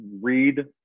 read